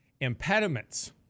impediments